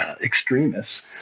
extremists